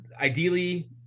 ideally